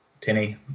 tinny